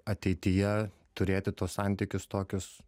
ateityje turėti tuos santykius tokius